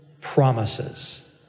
promises